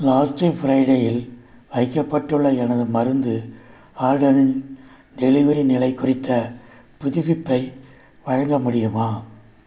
last Friday இல் வைக்கப்பட்டுள்ள எனது மருந்து ஆர்டரின் டெலிவரி நிலைக் குறித்த புதுப்பிப்பை வழங்க முடியுமா